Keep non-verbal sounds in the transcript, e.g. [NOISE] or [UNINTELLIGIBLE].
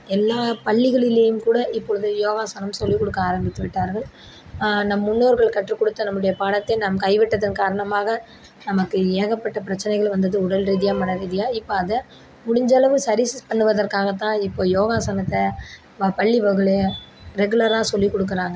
எல்லா பள்ளிகளிலையும் கூட இப்பொழுது யோகாசனம் சொல்லிக்கொடுக்க ஆரமித்துவிட்டார்கள் நம் முன்னோர்கள் கற்றுக்கொடுத்த நம்முடைய பாடத்தை நம் கைவிட்டதன் காரணமாக நமக்கு ஏகப்பட்ட பிரச்சினைகள் வந்தது உடல் ரீதியாக மன ரீதியாக இப்போ அதை முடிஞ்சளவு சரி பண்ணுவதற்காகத்தான் இப்போது யோகாசனத்தை நம்ம பள்ளி [UNINTELLIGIBLE] ரெகுலராக சொல்லிக்கொடுக்குறாங்க